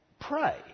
pray